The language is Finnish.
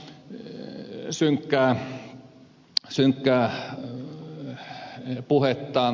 tämä on ehkä nyt vähän synkkää puhetta